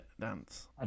dance